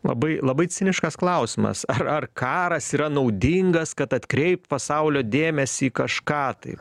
labai labai ciniškas klausimas ar ar karas yra naudingas kad atkreipt pasaulio dėmesį į kažką tai